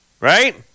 right